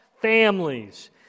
families